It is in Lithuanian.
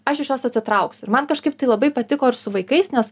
aš iš jos atsitrauksiu ir man kažkaip tai labai patiko ir su vaikais nes